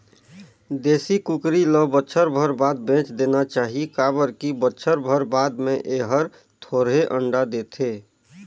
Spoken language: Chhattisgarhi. देसी कुकरी ल बच्छर भर बाद बेच देना चाही काबर की बच्छर भर बाद में ए हर थोरहें अंडा देथे